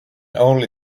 only